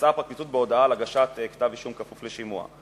יצאה הפרקליטות בהודעה על הגשת כתב-אישום כפוף לשימוע.